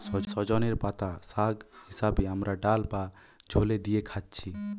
সজনের পাতা শাগ হিসাবে আমরা ডাল বা ঝোলে দিয়ে খাচ্ছি